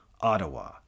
Ottawa